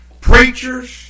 preachers